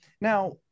Now